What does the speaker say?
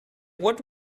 what